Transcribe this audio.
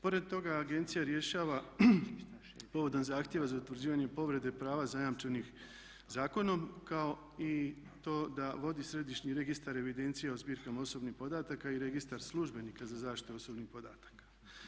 Pored toga agencija rješava povodom zahtjeva za utvrđivanje povrede prava zajamčenih zakonom kao i to da vodi središnji registar evidencija o zbirkama osobnih podataka i registar službenika za zaštitu osobnih podataka.